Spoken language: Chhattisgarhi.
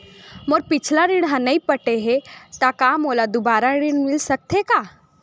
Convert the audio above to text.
मोर पिछला ऋण नइ पटे हे त का मोला दुबारा ऋण मिल सकथे का?